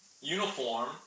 uniform